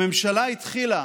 הממשלה התחילה